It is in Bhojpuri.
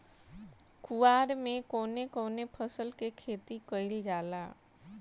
कुवार में कवने कवने फसल के खेती कयिल जाला?